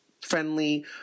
Friendly